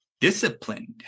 Disciplined